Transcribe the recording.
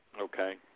okay